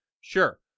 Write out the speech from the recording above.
sure